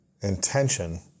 intention